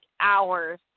hours